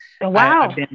Wow